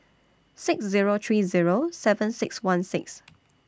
six Zero three Zero seven six one six